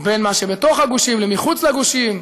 בין מה שבתוך הגושים למחוץ לגושים,